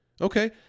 Okay